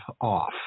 off